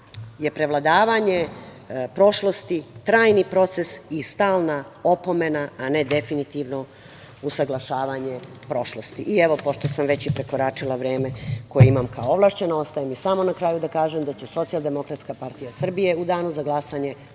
je prevladavanje prošlosti trajni proces i stalna opomena, a ne definitivno usaglašavanje prošlosti.I, evo, pošto sam već prekoračila vreme koje imam kao ovlašćena, ostaje mi samo na kraju da kažem da će Socijaldemokratska partija Srbije u danu za glasanje